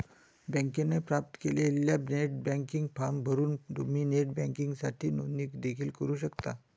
बँकेने प्राप्त केलेला नेट बँकिंग फॉर्म भरून तुम्ही नेट बँकिंगसाठी नोंदणी देखील करू शकता